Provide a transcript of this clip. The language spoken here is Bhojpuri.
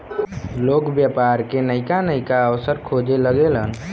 लोग व्यापार के नइका नइका अवसर खोजे लगेलन